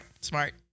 smart